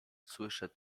słyszę